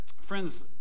Friends